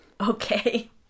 Okay